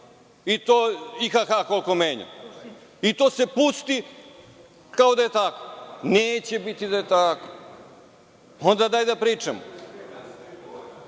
i ha, ha, ha koliko je menjan. To se pusti kao da je tako. Neće biti da je tako. Onda dajte da pričamo.